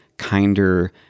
kinder